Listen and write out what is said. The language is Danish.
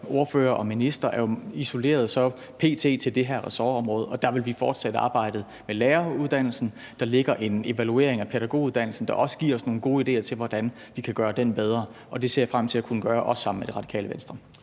ordfører og minister, er p.t. isoleret til det her ressortområde, og der vil vi fortsætte arbejdet med læreruddannelsen. Der ligger en evaluering af pædagoguddannelsen, der også giver os nogle gode idéer til, hvordan vi kan gøre den bedre. Og det ser jeg frem til at kunne gøre, også sammen med Radikale Venstre.